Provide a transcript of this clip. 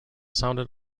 sounded